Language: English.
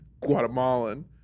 Guatemalan